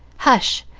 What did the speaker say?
hush!